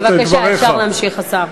בבקשה, אפשר להמשיך, השר.